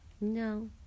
No